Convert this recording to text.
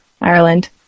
Ireland